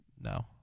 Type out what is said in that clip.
No